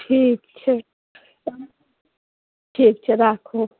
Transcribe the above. ठीक छै तहन ठीक छै राखू